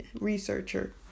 researcher